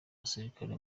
abasirikare